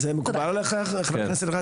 זה מקובל עליך חבר הכנסת רז?